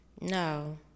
no